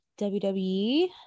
wwe